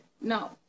No